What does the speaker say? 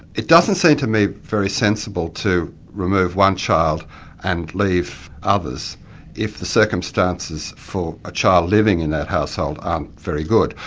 it doesn't seem to me very sensible to remove one child and leave others if the circumstances for a child living in that household aren't very good.